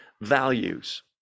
values